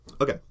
Okay